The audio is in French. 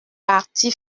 parti